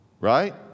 right